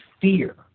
fear